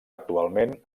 actualment